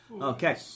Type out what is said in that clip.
Okay